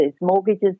mortgages